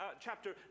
chapter